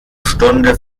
stunde